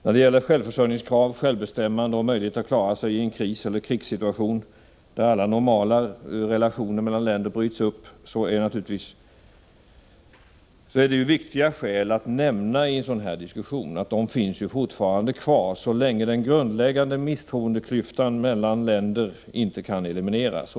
När det gäller krav på självförsörjning, självbestämmande och möjlighet att klara sig i en kriseller krigssituation, där alla normala relationer mellan länder bryts upp, är det viktigt att nämna i en sådan här diskussion att dessa problem fortfarande finns kvar så länge den grundläggande misstroendeklyftan mellan länder inte kan elimineras.